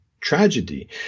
tragedy